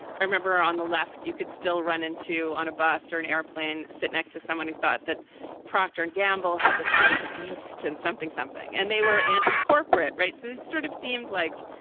i remember on the left you could still run into on a bus or an airplane, sit next to someone who thought that procter and gamble had the sign of the beast and something something. and they were anticorporate. right. it's sort of seemed like,